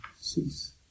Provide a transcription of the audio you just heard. cease